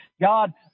God